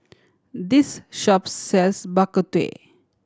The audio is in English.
this shop sells Bak Kut Teh